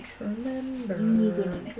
remember